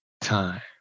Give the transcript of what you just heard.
time